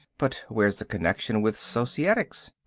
but where's the connection with societics?